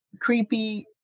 creepy